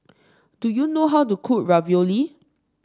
do you know how to cook ravioli